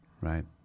Right